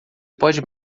pode